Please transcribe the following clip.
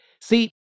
See